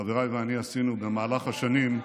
שחבריי ואני עשינו במהלך השנים,